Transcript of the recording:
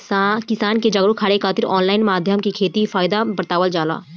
किसान के जागरुक करे खातिर ऑनलाइन माध्यम से इ खेती के फायदा बतावल जाला